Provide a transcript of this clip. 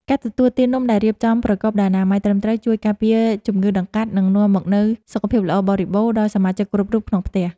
ការទទួលទាននំដែលរៀបចំប្រកបដោយអនាម័យត្រឹមត្រូវជួយការពារជំងឺតម្កាត់ និង នាំមកនូវសុខភាពល្អបរិបូរណ៍ដល់សមាជិកគ្រប់រូបក្នុងផ្ទះ។